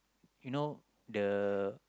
you know the